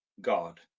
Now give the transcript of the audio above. God